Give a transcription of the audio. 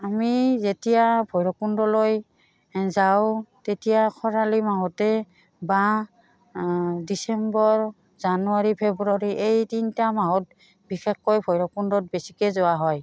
আমি যেতিয়া ভৈৰৱকুণ্ডলৈ যাওঁ তেতিয়া খৰালি মাহতে বা ডিচেম্বৰ জানুৱাৰী ফেব্ৰুৱাৰী এই তিনিটা মাহত বিশেষকৈ ভৈৰৱকুণ্ডত বেছিকৈ যোৱা হয়